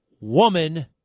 woman